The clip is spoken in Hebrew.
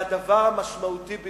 והדבר המשמעותי ביותר,